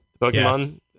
Pokemon